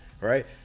right